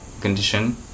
condition